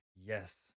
yes